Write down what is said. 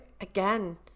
again